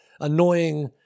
annoying